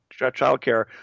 childcare